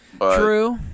true